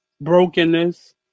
Brokenness